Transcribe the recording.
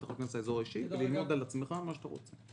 אתה נכנס לאזור האישי כדי ללמוד על עצמך מה שאתה רוצה.